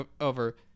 over